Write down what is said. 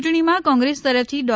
ચૂંટણીમાં કોંગ્રેસ તરફથી ડો